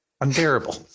Unbearable